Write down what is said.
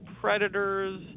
predators